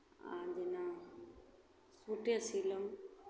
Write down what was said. आ जेना सूटे सीलहुँ